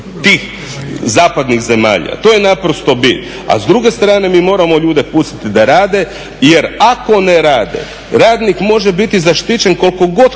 tih zapadnih zemalja. To je naprosto bit. A s druge strane mi moramo ljude pustiti da rade jer ako ne rade, radnik može biti zaštićen koliko god